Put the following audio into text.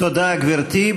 תודה, גברתי.